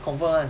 confirm [one]